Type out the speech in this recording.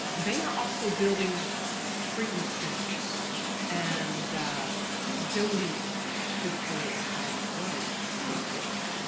they are also building treatment centers and donating to the polio cause as well in a big way.